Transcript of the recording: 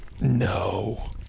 No